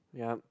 ya